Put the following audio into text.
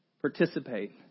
Participate